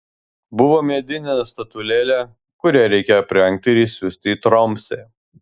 buvo medinė statulėlė kurią reikia aprengti ir išsiųsti į tromsę